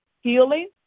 healing